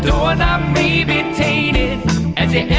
doorknob may be tainted as